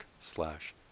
slash